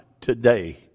today